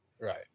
Right